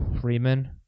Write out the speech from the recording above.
Freeman